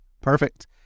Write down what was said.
Perfect